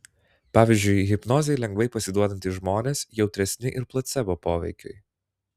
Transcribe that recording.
pavyzdžiui hipnozei lengvai pasiduodantys žmonės jautresni ir placebo poveikiui